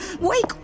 Wake